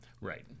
Right